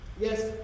Yes